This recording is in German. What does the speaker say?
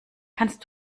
kannst